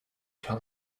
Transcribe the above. tell